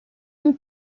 amb